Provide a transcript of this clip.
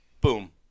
Boom